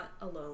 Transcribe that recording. alone